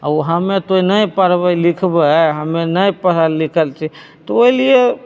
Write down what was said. आ ओ हमे तोँइ नहि पढ़बै लिखबै हमे नहि पढ़ल लिखल छियै तऽ ओहि लिए